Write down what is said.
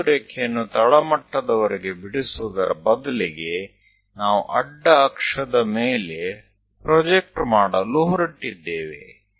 ಈ ಒಂದು ರೇಖೆಯನ್ನು ತಳಮಟ್ಟದವರೆಗೆ ಬಿಡಿಸುವುದರ ಬದಲಿಗೆ ನಾವು ಅಡ್ಡ ಅಕ್ಷದ ಮೇಲೆ ಪ್ರೊಜೆಕ್ಟ್ ಮಾಡಲು ಹೊರಟಿದ್ದೇವೆ